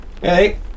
Hey